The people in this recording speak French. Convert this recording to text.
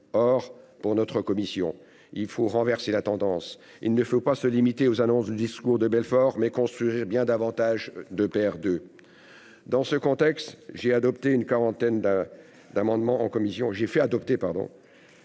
Or, pour notre commission, il faut renverser la tendance ; il faut non pas se limiter aux annonces du discours de Belfort, mais construire davantage d'EPR 2. Dans ce contexte, j'ai fait adopter une quarantaine d'amendements en commission, afin de